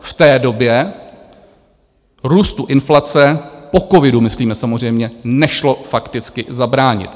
V té době růstu inflace po covidu myslíme samozřejmě nešlo fakticky zabránit.